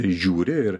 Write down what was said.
žiūri ir